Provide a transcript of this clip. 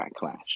backlash